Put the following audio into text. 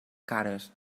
cares